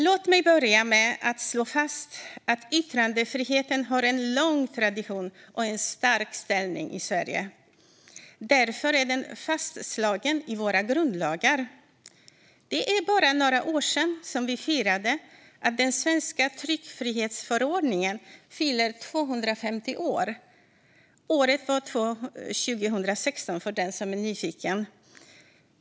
Låt mig börja med att slå fast att yttrandefriheten har en lång tradition och en stark ställning i Sverige. Därför är den fastslagen i våra grundlagar. Det är bara några år sedan vi firade att den svenska tryckfrihetsförordningen fyllde 250 år - året var 2016, för den som är nyfiken.